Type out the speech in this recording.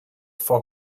for